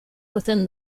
within